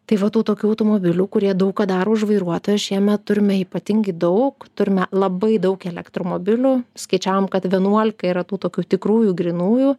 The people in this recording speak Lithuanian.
tai va tų tokių automobilių kurie daug ką daro už vairuotoją šiemet turime ypatingai daug turime labai daug elektromobilių skaičiavom kad vienuolika yra tų tokių tikrųjų grynųjų